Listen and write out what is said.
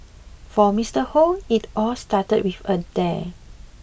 for Mister Hoe it all started with a dare